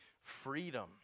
Freedom